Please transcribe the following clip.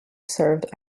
served